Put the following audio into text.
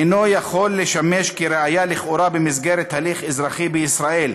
אינו יכול לשמש כראיה לכאורה במסגרת הליך אזרחי בישראל.